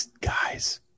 guys